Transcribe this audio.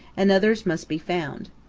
and others must be found.